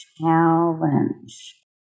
challenge